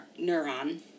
neuron